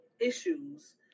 issues